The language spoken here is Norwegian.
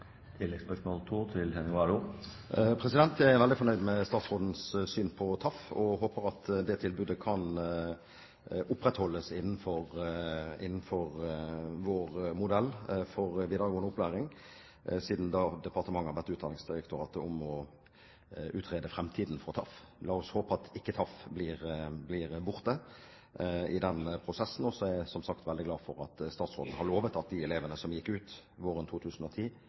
Jeg er veldig fornøyd med statsrådens syn på TAF og håper at det tilbudet kan opprettholdes innenfor vår modell for videregående opplæring, siden departementet har bedt Utdanningsdirektoratet om å utrede framtiden for TAF. La oss håpe at ikke TAF blir borte i den prosessen. Så er jeg som sagt veldig glad for at statsråden har lovet at også de elevene som gikk ut våren 2010,